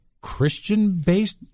Christian-based